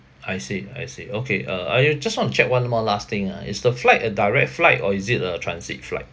I see I seed okay uh I uh just to want check one more last thing ah is the flight a direct flight or is it a transit flight